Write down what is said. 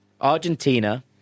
Argentina